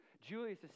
Julius